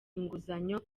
inguzanyo